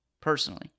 personally